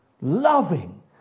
loving